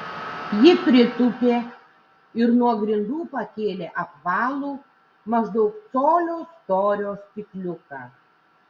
ji pritūpė ir nuo grindų pakėlė apvalų maždaug colio storio stikliuką